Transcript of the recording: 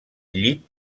llit